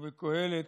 בקוהלת,